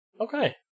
Okay